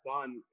son